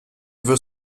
veut